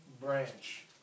branch